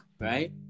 right